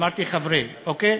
אמרתי "חברי", אוקיי?